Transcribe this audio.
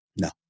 No